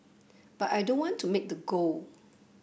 but I don't want to make the goal